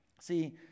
See